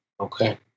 Okay